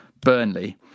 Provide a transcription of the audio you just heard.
Burnley